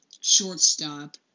shortstop